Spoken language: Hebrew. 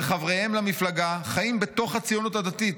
וחבריהם למפלגה חיים בתוך הציונות הדתית,